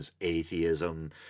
atheism